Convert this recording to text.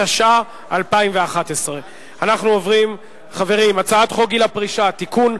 התשע"א 2011. אנחנו עוברים להצעת חוק גיל פרישה (תיקון,